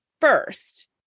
first